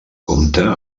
compta